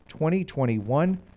2021